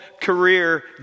career